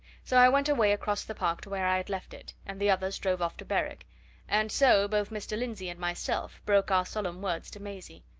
so i went away across the park to where i had left it, and the others drove off to berwick and so both mr. lindsey and myself broke our solemn words to maisie.